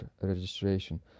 registration